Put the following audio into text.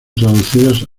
traducidas